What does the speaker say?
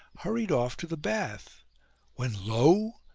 hurried off to the bath when lo!